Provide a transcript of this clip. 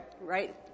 right